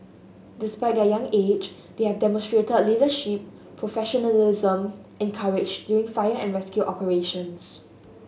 despite their young age they have demonstrated leadership professionalism and courage during fire and rescue operations